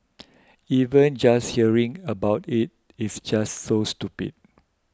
even just hearing about it is just so stupid